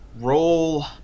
roll